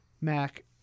Mac